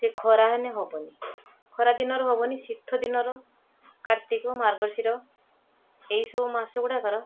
ସେ ଖରା ହେଲେ ହେବନି ଖରାଦିନର ହେବନି ଶୀତଦିନର କାର୍ତ୍ତିକ ମାର୍ଗଶୀର ଏଇସବୁ ମାସ ଗୁଡ଼ାକର